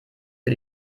für